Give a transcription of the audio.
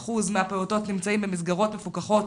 23% מהפעוטות נמצאים במסגרות מפוקחות,